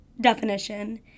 definition